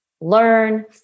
learn